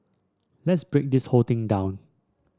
let's break this whole thing down